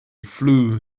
flew